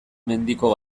mendiko